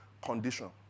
Condition